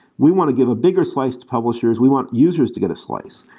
we want to give a bigger slice to publishers. we want users to get a slice.